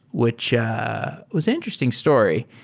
which was interesting story.